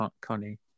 Connie